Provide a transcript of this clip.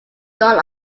done